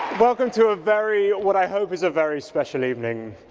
welcome to a very what i hope is a very special evening.